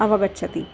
अवगच्छति